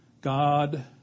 God